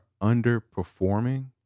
underperforming